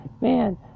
man